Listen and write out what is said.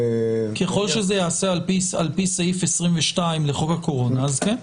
ככל שזה ייעשה על פי סעיף 22 לחוק הקורונה אז כן.